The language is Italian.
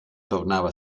tornava